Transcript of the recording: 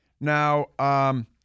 Now